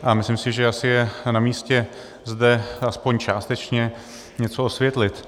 A myslím si, že asi je namístě zde aspoň částečně něco osvětlit.